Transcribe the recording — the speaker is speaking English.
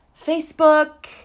Facebook